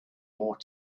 more